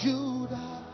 Judah